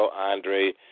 Andre